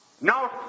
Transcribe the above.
no